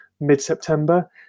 mid-September